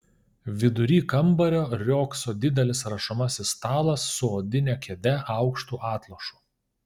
vidury kambario riogso didelis rašomasis stalas su odine kėde aukštu atlošu